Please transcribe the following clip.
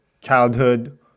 childhood